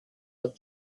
hat